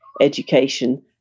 education